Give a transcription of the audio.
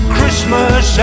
Christmas